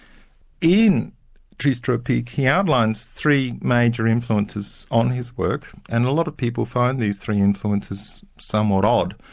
in tristes tropiques he outlines three major influences on his work, and a lot of people find these three influences somewhat odd.